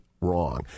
wrong